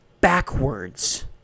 backwards